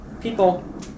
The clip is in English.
people